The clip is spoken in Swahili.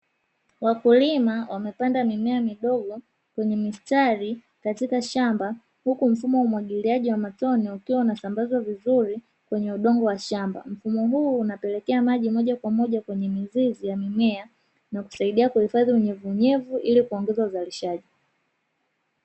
Wakulima wamepanda mimea midogo kwenye mistari katika shamba, huku mfumo wa umwagiliaji wa matone ukiwa unasambazwa vizuri kwenye udongo wa shamba, mfumo huu unapelekea maji moja kwa moja kwenye mizizi ya mimea na kusaidia kuhifadhi unyevuunyevu ili kuongeza uzalishaji.